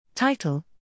Title